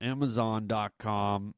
Amazon.com